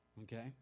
okay